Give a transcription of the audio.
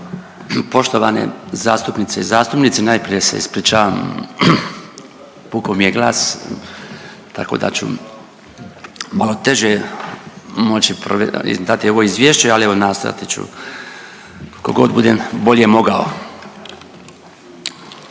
Poštovane zastupnice i zastupnici, najprije se ispričavam, puko mi je glas tako da ću malo teže moći dati ovo izvješće, ali evo nastojati ću koliko god budem bolje mogao.